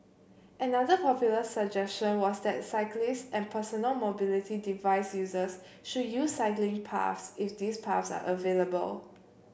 another popular suggestion was that cyclists and personal mobility device users should use cycling paths if these paths are available